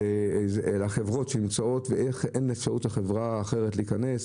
על החברות שנמצאות ואין אפשרות לחברה אחרת להיכנס,